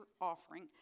offering